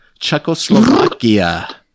Czechoslovakia